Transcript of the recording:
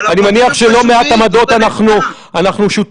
אני מניח שלא במעט עמדות אנחנו שותפים.